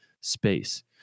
space